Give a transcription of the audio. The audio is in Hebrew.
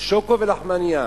שוקו ולחמנייה.